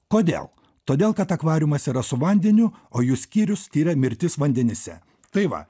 kodėl todėl kad akvariumas yra su vandeniu o jų skyrius tiria mirtis vandenyse tai va